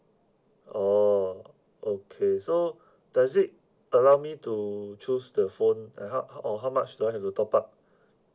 oh okay so does it allow me to choose the phone and how or how much do I have to top up